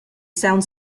sound